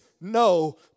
no